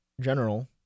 general